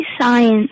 science